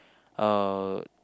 uh